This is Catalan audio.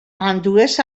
ambdues